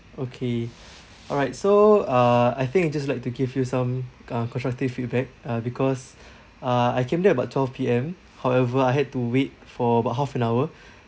okay all right so uh I think I just like to give you some um constructive feedback uh because uh I came there about twelve P_M however I had to wait for about half an hour